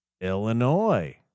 Illinois